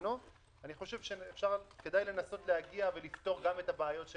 אני חושב שכדאי לנסות לפתור גם את הבעיות של